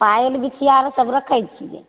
पायल बिछिया आरो सभ रखै छियै